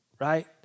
right